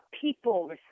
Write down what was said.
people